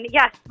yes